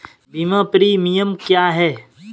बीमा प्रीमियम क्या है?